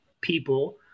people